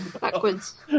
Backwards